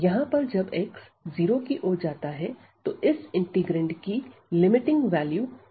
यहां पर जब x 0 की ओर जाता है तो इस इंटीग्रैंड की लिमिटिंग वैल्यू की हो जाती है